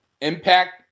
Impact